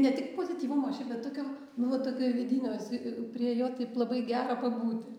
ne tik pozityvumo šiaip bet tokio nu va tokio vidinio isai prie jo taip labai gera pabūti